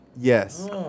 Yes